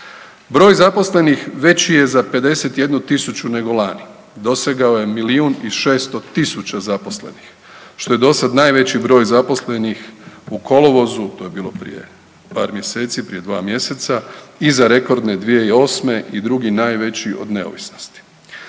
Broj zaposlenih veći je za 51.000 nego lani. Dosegao je milijun i 600.000 zaposlenih što je dosada najveći broj zaposlenih u kolovozu, to je bilo prije par mjeseci, prije 2 mjeseca, iza rekordne 2008. i drugi najveći od neovisnosti.